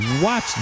Watch